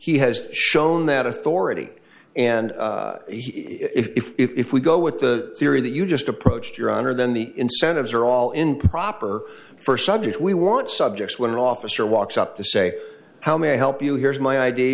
he has shown that authority and if we go with the theory that you just approached your honor then the incentives are all in proper for subject we want subjects when an officer walks up to say how may i help you here's my i